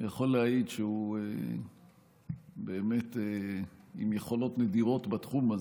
אני יכול להעיד שהוא באמת עם יכולות נדירות בתחום הזה.